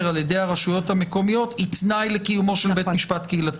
על ידי הרשויות המקומיות היא תנאי לקיומו של בית משפט קהילתי.